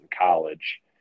college